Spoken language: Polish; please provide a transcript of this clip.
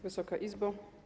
Wysoka Izbo!